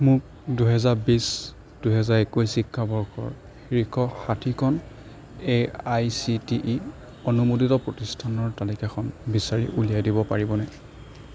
মোক দুহেজাৰ বিশ দুহেজাৰ এইকৈছ শিক্ষাবৰ্ষৰ শীৰ্ষ ষাঠি খন A I C T E অনুমোদিত প্ৰতিষ্ঠানৰ তালিকাখন বিচাৰি উলিয়াই দিব পাৰিবনে